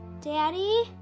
Daddy